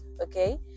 okay